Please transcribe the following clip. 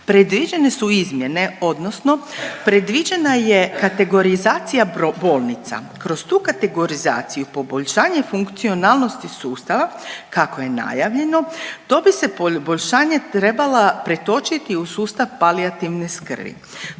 predviđene su izmjene odnosno predviđena je kategorizacija bolnica, kroz tu kategorizaciju i poboljšanje funkcionalnosti sustava kako je najavljeno to bi se poboljšanje trebala pretočiti u sustav palijativne skrbi.